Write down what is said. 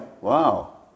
Wow